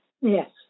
Yes